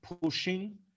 pushing